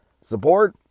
Support